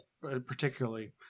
particularly